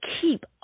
keep